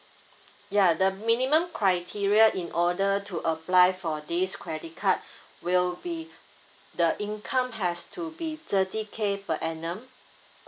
ya the minimum criteria in order to apply for this credit card will be the income has to be thirty K per annum